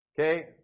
okay